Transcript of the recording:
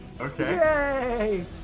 Okay